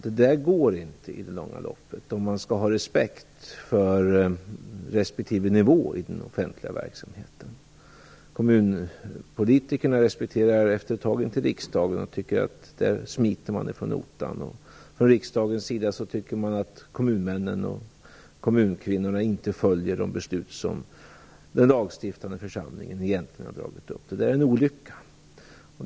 Det går inte i det långa loppet om man skall ha respekt för respektive nivå i den offentliga verksamheten. Kommunpolitikerna respekterar efter ett tag inte riksdagen och tycker att man där smiter från notan, och från riksdagens sida tycker man att kommunmännen och kommunkvinnorna inte följer de beslut den lagstiftande församlingen egentligen har fattat. Detta är en olycka.